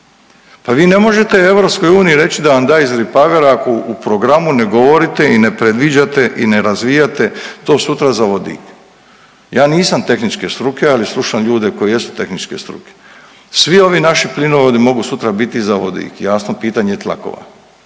Pa vi ne možete EU da vam da iz Repowera ako u programu ne govorite i ne predviđate i ne razvijate to sutra za vodik. Ja nisam tehničke struke, ali slušam ljude koji jesu tehničke struke. Svi ovi naši plinovodi mogu sutra biti za vodik jasno pitanje tlakova